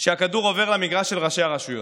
שהכדור עובר למגרש של ראשי הרשויות.